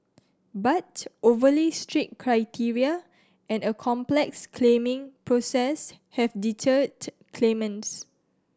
but overly strict criteria and a complex claiming process have deterred claimants